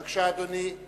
בבקשה, אדוני.